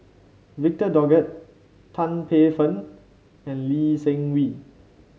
Victor Doggett Tan Paey Fern and Lee Seng Wee